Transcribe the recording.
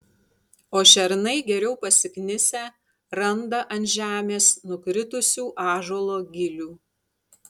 o šernai geriau pasiknisę randa ant žemės nukritusių ąžuolo gilių